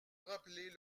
rappeler